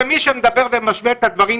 שמי שמדבר ומשווה את הדברים,